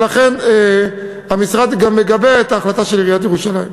ולכן המשרד גם מגבה את ההחלטה של עיריית ירושלים.